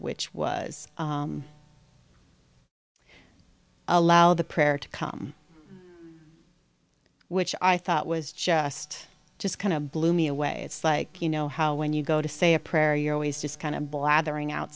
which was allow the prayer to come which i thought was just just kind of blew me away it's like you know how when you go to say a prayer you're always just kind of blathering out